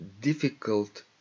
difficult